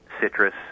Citrus